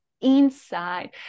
inside